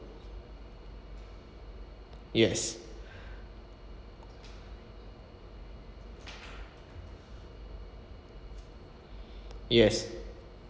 yes yes